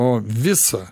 o visa